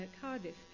Cardiff